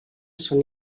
són